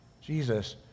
Jesus